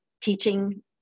teaching